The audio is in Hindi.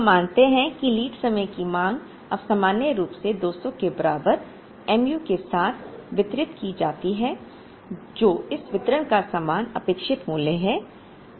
हम मानते हैं कि लीड समय की मांग अब सामान्य रूप से 200 के बराबर mu के साथ वितरित की जाती है जो इस वितरण का समान अपेक्षित मूल्य है